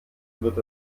wird